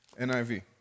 NIV